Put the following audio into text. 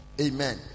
Amen